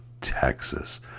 Texas